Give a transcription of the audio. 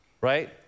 right